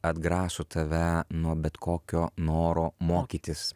atgraso tave nuo bet kokio noro mokytis